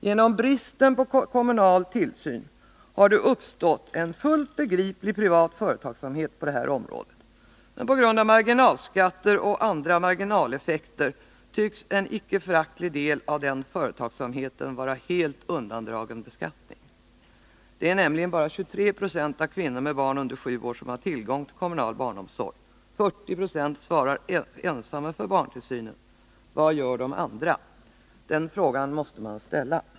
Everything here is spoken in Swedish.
Genom bristen på kommunal tillsyn har det uppstått en fullt begriplig privat företagsamhet på det här området. Men på grund av marginalskatter och andra marginaleffekter tycks en icke föraktlig del av denna företagsamhet vara helt undandragen beskattning! Det är nämligen bara 23 26 av kvinnor med barn under sju år som har tillgång till kommunal barnomsorg, och 40 96 svarar ensamma för barntillsynen. Vad gör de andra? Den frågan måste man ställa.